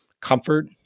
comfort